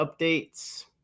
updates